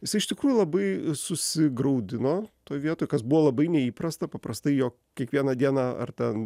jisai iš tikrųjų labai susigraudino toj vietoj kas buvo labai neįprasta paprastai jo kiekvieną dieną ar ten